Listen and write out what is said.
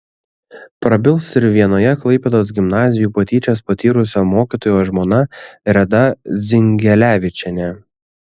prabils ir vienoje klaipėdos gimnazijų patyčias patyrusio mokytojo žmona reda dzingelevičienė